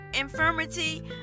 infirmity